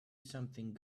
something